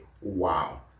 Wow